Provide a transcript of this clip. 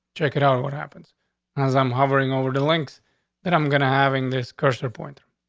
check it out. what happens as i'm hovering over the links that i'm gonna having this cursor point,